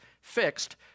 fixed